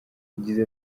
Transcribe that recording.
yagize